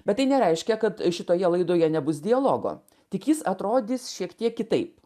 bet tai nereiškia kad šitoje laidoje nebus dialogo tik jis atrodys šiek tiek kitaip